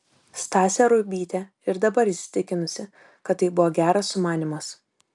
stasė ruibytė ir dabar įsitikinusi kad tai buvo geras sumanymas